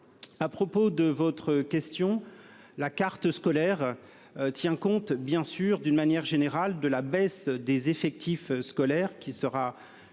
À propos de votre question, la carte scolaire. Tient compte bien sûr d'une manière générale de la baisse des effectifs scolaires qui sera